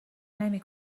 نمی